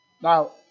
Now